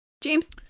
james